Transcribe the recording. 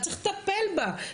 צריך לטפל בה,